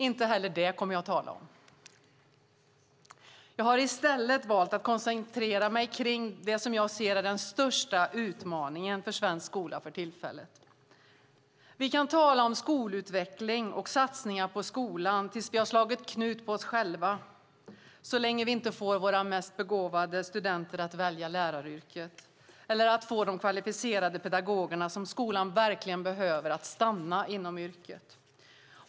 Inte heller det kommer jag att tala om. Jag har i stället valt att koncentrera mig på det som jag ser som den största utmaningen för svensk skola för tillfället. Vi kan tala om skolutveckling och satsningar på skolan tills vi har slagit knut på oss själva så länge vi inte får våra mest begåvade studenter att välja läraryrket eller att få de kvalificerade pedagogerna, som skolan verkligen behöver, att stanna inom yrket.